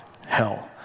hell